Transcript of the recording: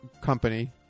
company